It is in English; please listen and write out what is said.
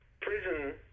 prison